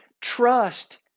Trust